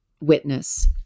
witness